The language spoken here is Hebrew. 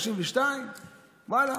32. ואללה,